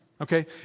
okay